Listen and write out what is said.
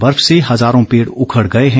बर्फ से हजारों पेड़ उखड़ गए हैं